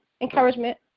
encouragement